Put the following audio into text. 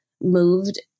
moved